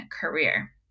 career